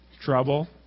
trouble